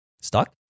Stuck